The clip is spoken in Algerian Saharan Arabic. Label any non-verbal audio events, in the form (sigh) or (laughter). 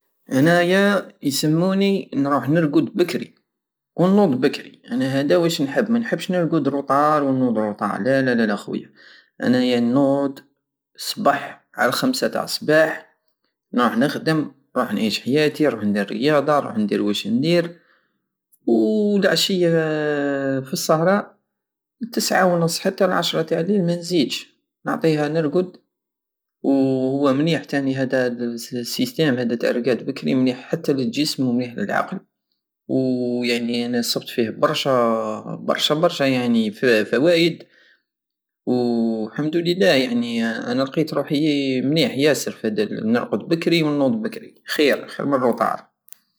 انايا يسموني نروح نرقد بكري ونود بكري انا هدا وش نحب منحبش نرقد روتار ونود روتار لالا لالا خويا انيا النوض الصبح عل الخمسة تع صباح نروح نخدم نروح نعيش حياتي نروح ندير رياضة نروح ندير وش ندير وادا عشية (hesitation) فاصهرة من التسعة ونص حتى العشرة تع الليل من زيدرش نعطيها نروقد وهو منيح تاني هدا السيستام هدا تع بكري مليح تحى للجسم ومليح للعقل ويعني راني صبت فيه برشى برشى يعني فوائد ويعني حمدلله يعني انا لقيت روحي مليح ياسر فهاد النرقد بكري نوض بكري خير خير من الروتار